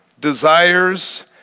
desires